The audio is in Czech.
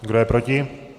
Kdo je proti?